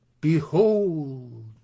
Behold